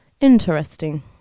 Interesting